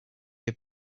had